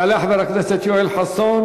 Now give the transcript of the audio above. יעלה חבר הכנסת יואל חסון,